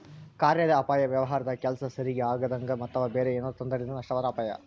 ಕಾರ್ಯಾದ ಅಪಾಯ ವ್ಯವಹಾರದಾಗ ಕೆಲ್ಸ ಸರಿಗಿ ಆಗದಂಗ ಅಥವಾ ಬೇರೆ ಏನಾರಾ ತೊಂದರೆಲಿಂದ ನಷ್ಟವಾದ್ರ ಅಪಾಯ